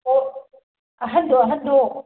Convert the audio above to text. ꯑꯣ ꯑꯍꯟꯗꯣ ꯑꯍꯟꯗꯣ